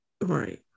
Right